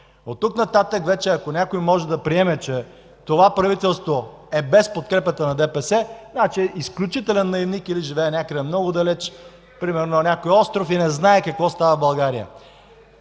Оттук нататък, ако някой може да приеме, че това правителство е без подкрепата на ДПС, значи е изключителен наивник или живее някъде много далеч, примерно на някой остров и не знае какво става в България.